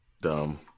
Dumb